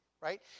right